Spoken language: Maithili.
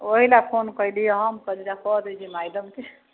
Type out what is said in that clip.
ओहि लए फोन कैली हम कहली कह दै छी मैडम के